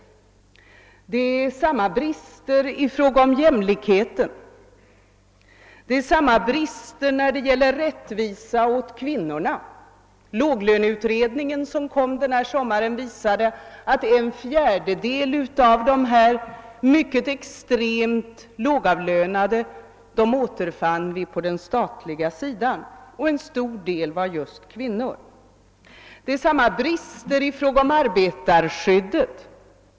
Det är samma brister i fråga om jämlikheten, och det är samma brister när det gäller rättvisa åt kvinnorna. Låglöneutredningen, som framlade sitt betänkande i somras, visar att en fjärdedel av de extremt lågavlönade återfanns på den statliga sidan och att en stor del var kvinnor. Det är samma brister i fråga om arbetarskyddet.